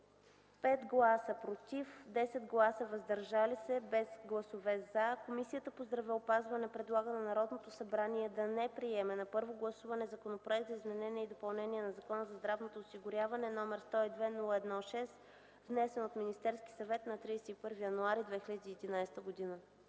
5 гласа „против”, 10 гласа „въздържали се”, без гласове „за”, Комисията по здравеопазването предлага на Народното събрание да не приеме на първо гласуване Законопроект за изменение и допълнение на Закона за здравното осигуряване, № 102-01-6, внесен от Министерския съвет на 31 януари 2011 г.”